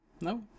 No